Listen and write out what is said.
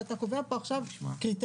אבל אתה קובע פה עכשיו קריטריונים,